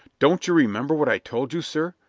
don't you remember what i told you, sir,